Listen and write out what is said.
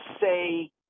say